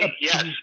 yes